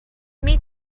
meet